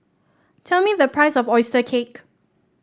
tell me the price of oyster cake